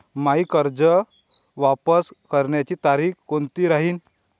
मायी कर्ज वापस करण्याची तारखी कोनती राहीन?